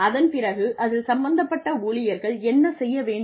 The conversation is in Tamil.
அதன்பிறகு அதில் சம்பந்தப்பட்ட ஊழியர்கள் என்ன செய்ய வேண்டும்